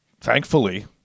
thankfully